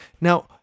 now